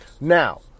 Now